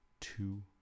two